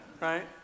Right